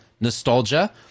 Nostalgia